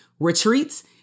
retreats